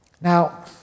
Now